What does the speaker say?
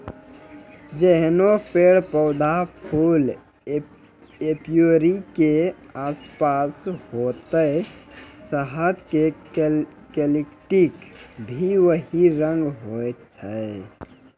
जैहनो पेड़, पौधा, फूल एपीयरी के आसपास होतै शहद के क्वालिटी भी वही रंग होय छै